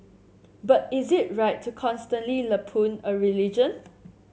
but is it right to constantly lampoon a religion